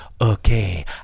okay